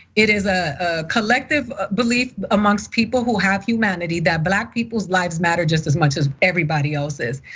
it is a collective belief amongst people who have humanity that black people's lives matter just as much as everybody else's.